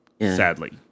sadly